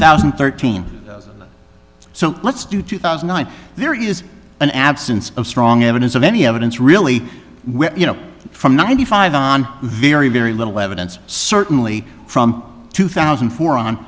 thousand and thirteen so let's do two thousand and nine the is an absence of strong evidence of any evidence really you know from ninety five on very very little evidence certainly from two thousand and four on